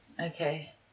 Okay